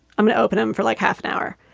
i'm gonna open em for like half an hour.